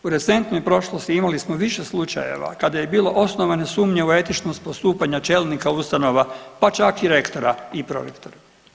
U recentnoj prošlosti imali smo više slučajeva kada je bilo osnovane sumnje u etičnost postupanja čelnika ustanova pa čak i rektora i prorektora.